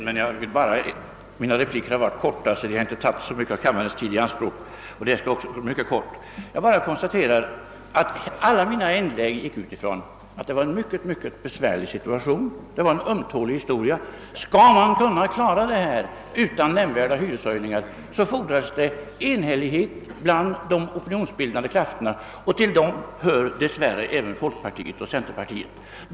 Herr talman! Jag är ledsen att behöva ta kammarens tid i anspråk med ännu en kort replik. Jag konstaterar bara att alla mina inlägg har gått ut ifrån att det var en mycket besvärlig situation, en verkligt ömtålig historia. Skulle man kunna klara avvecklingen utan nämnvärda hyreshöjningar, fordrades det enhällighet hos de opinionsbildande krafterna — och till dem hör dess värre även folkpartiet och centerpartiet.